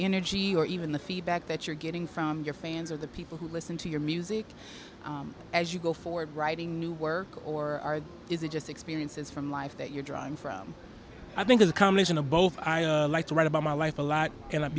energy or even the feedback that you're getting from your fans or the people who listen to your music as you go forward writing new work or is it just experiences from life that you're drawing from i think a combination of both i like to write about my life a lot